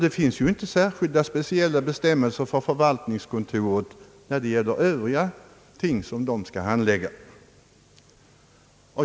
Det finns ju inte speciella bestämmelser för förvaltningskontoret när det gäller de övriga ting som kontoret skall handlägga.